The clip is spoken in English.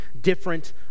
different